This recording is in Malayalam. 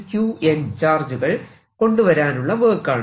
QN ചാർജുകൾ കൊണ്ടുവരാനുള്ള വർക്ക് ആണ്